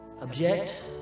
object